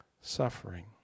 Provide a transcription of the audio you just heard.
suffering